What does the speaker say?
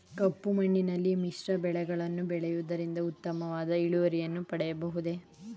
ಕಪ್ಪು ಮಣ್ಣಿನಲ್ಲಿ ಮಿಶ್ರ ಬೆಳೆಗಳನ್ನು ಬೆಳೆಯುವುದರಿಂದ ಉತ್ತಮವಾದ ಇಳುವರಿಯನ್ನು ಪಡೆಯಬಹುದೇ?